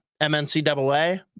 MNCAA